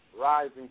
rising